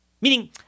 Meaning